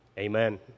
Amen